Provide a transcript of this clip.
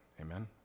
Amen